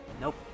Nope